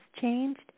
changed